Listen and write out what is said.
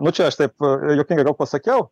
nu čia aš taip juokingai gal pasakiau